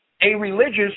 A-religious